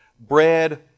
Bread